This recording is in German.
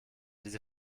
diese